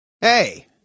Hey